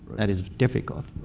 that is difficult.